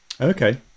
Okay